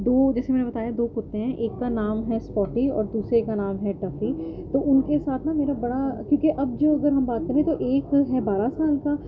دو جیسے میں نے بتایا دو کتے ہیں ایک کا نام ہے اسپوٹی اور دوسرے کا نام ہے ٹفی تو ان کے ساتھ نا میرا بڑا کیوںکہ اب جو اگر ہم بات کریں تو ایک ہے بارہ سال کا